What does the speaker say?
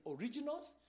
originals